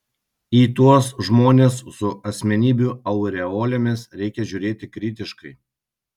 į tuos žmones su asmenybių aureolėmis reikia žiūrėti kritiškai